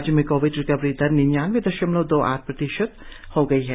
राज्य में covid recovery दर निन्यानबे दशमलव दो आठ प्रतिशत है